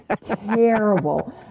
terrible